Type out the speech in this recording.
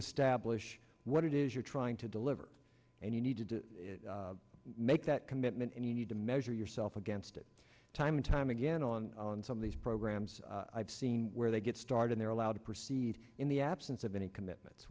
establish what it is you're trying to deliver and you need to do make that commitment and you need to measure yourself against it time and time again on some of these programs i've seen where they get started they're allowed to proceed in the absence of any commitments